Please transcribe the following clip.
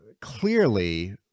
clearly